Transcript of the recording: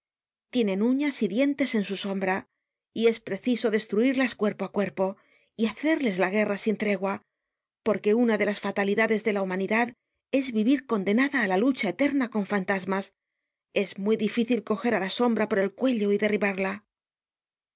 tienen uñas y dientes en su sombra y es preciso destruirlas cuerpo á cuerpo y hacerles la guerra sin tregua porque una de las fatalidades de la humanidad es vivir condenada á la lucha eterna con fantasmas es muy difícil coger á la sombra por el cuello y derribarla